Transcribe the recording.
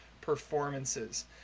performances